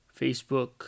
Facebook